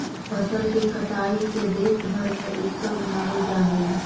फसल के कटाई के देशभर में उत्सव मनावल जा हइ